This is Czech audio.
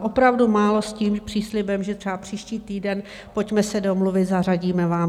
Opravdu málo s tím příslibem, že třeba příští týden, pojďme se domluvit, zařadíme vám to.